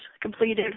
completed